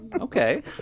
Okay